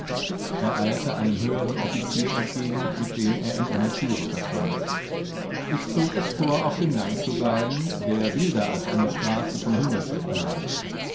er eilte einem höheren offizier entgegen mit dem er in einer türe verschwand ich zog es vor auf dem gang zu bleiben der wilder als eine straße von hundert schritten hallte